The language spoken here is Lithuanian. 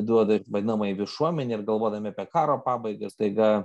duoda vadinamai viešuomenei ir galvodami apie karo pabaigą staiga